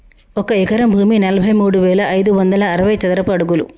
ఒక ఎకరం భూమి నలభై మూడు వేల ఐదు వందల అరవై చదరపు అడుగులు